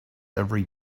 every